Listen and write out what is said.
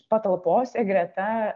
patalpose greta